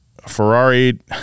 Ferrari